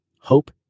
hope